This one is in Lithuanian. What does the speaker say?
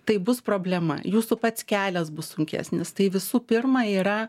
tai bus problema jūsų pats kelias bus sunkesnis tai visų pirma yra